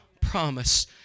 promise